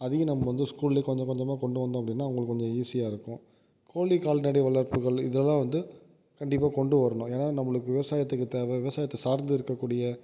அதையும் நம்ம வந்து ஸ்கூல்லே கொஞ்ச கொஞ்சமாக கொண்டு வந்தோம் அப்படின்னா அவங்களுக்கு கொஞ்சம் ஈசியாருக்கும் கோழி கால்நடை வளர்ப்புகள் இதெல்லாம் வந்து கண்டிப்பாக கொண்டு வரணும் ஏன்னா நம்பளுக்கு விவசாயத்துக்கு தேவை விவசாயத்தை சார்ந்து இருக்கக்கூடிய